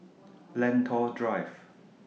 Lentor Drive